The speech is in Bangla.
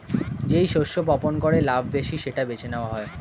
যেই শস্য বপন করে লাভ বেশি সেটা বেছে নেওয়া